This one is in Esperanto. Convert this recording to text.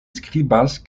skribas